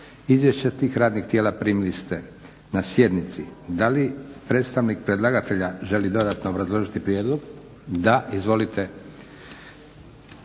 Izvješća tih radnih tijela primili ste na sjednici. Da li predstavnik predlagatelja želi dodatno obrazložiti prijedlog? Da. Gospodin